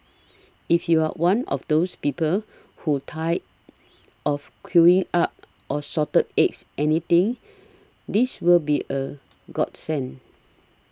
if you're one of those people who's tired of queuing up or Salted Eggs anything this will be a godsend